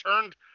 turned